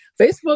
Facebook